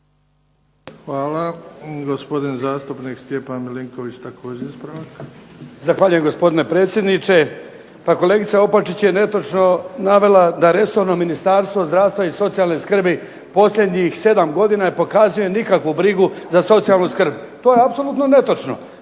Hvala. Gospodin zastupnik Stjepan Milinković, također ispravak. **Milinković, Stjepan (HDZ)** Zahvaljujem, gospodine predsjedniče. Pa kolegica Opačić je netočno navela da resorno Ministarstvo zdravstva i socijalne skrbi posljednjih 7 godina ne pokazuje nikakvu brigu za socijalnu skrb. To je apsolutno netočno.